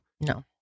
No